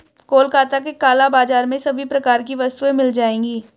कोलकाता के काला बाजार में सभी प्रकार की वस्तुएं मिल जाएगी